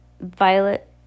Violet